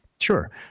Sure